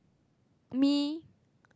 me